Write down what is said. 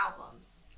albums